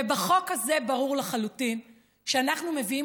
ובחוק הזה ברור לחלוטין שאנחנו מביאים